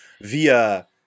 via